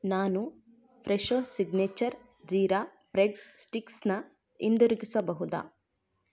ನಾನು Fresho signature jeera bread ಸ್ಟಿಕ್ಸನ್ನ ಹಿಂದಿರುಗಿಸಬಹುದಾ